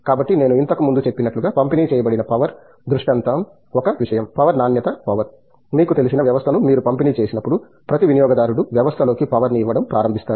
కాబట్టి నేను ఇంతకు ముందే చెప్పినట్లుగా పంపిణీ చేయబడిన పవర్ దృష్టాంతం ఒక విషయం పవర్ నాణ్యత పవర్ మీకు తెలిసిన వ్యవస్థను మీరు పంపిణీ చేసినప్పుడు ప్రతి వినియోగదారుడు వ్యవస్థలోకి పవర్ ని ఇవ్వడం ప్రారంభిస్తాడు